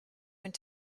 went